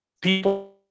people